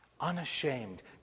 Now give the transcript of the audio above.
unashamed